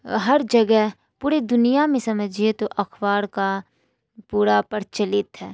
ہر جگہ پورے دنیا میں سمجھیے تو اخبار کا پورا پرچلت ہے